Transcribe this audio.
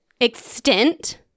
extent